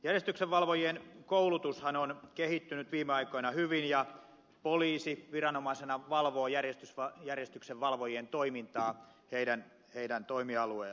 järjestyksenvalvojien koulutushan on kehittynyt viime aikoina hyvin ja poliisi viranomaisena valvoo järjestyksenvalvojien toimintaa heidän toimialueellaan